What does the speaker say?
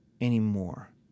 anymore